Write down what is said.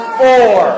four